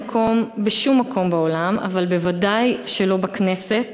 מקום בשום מקום בעולם אבל בוודאי שלא בכנסת.